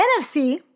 NFC